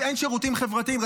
אז אין שירותים חברתיים.